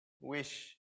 wish